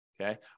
Okay